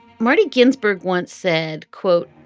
marty ginsburg once said, quote,